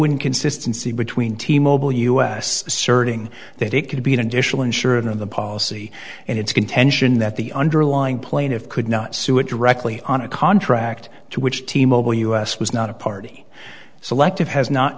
inconsistency between t mobile us asserting that it could be an additional insurance on the policy and it's contention that the underlying plaintiff could not sue it directly on a contract to which team mobile us was not a party selective has not